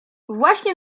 właśnie